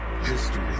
History